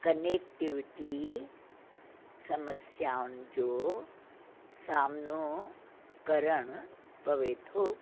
connectivity समस्याउनि जो सामिनो करणु पवे थो